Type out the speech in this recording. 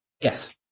Yes